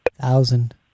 Thousand